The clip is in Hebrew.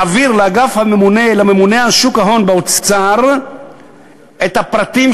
להעביר לממונה על שוק ההון באוצר את הפרטים